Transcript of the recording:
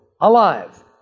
alive